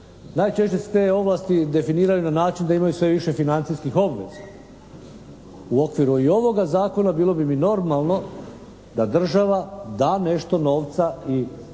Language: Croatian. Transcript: Najčešće su te ovlasti definirane na način da imaju sve više financijskih obveza. U okviru i ovoga zakona bilo bi mi normalno da država da nešto novca i preko